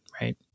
right